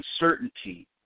uncertainty